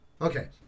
Okay